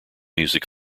music